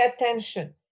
attention